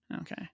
Okay